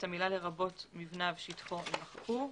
המילה "לרבות נבנה בשטחו" יימחקו.